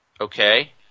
Okay